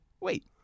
wait